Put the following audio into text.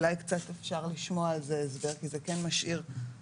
אולי קצת אפשר לשמוע על זה הסבר כי זה כן משאיר אפשרות